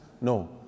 No